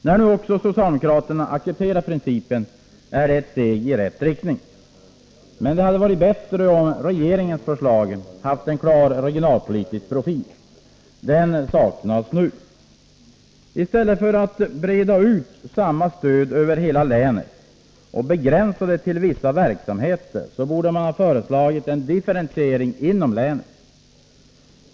När nu också socialdemokraterna accepterat principen är det ett steg i rätt riktning, men det hade varit bättre om regeringens förslag haft en klar regionalpolitisk profil. Den saknas nu. I stället för att breda ut samma stöd över hela länet och begränsa det till vissa verksamheter borde man ha föreslagit en differentiering inom länet.